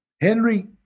Henry